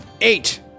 Eight